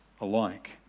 alike